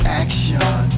action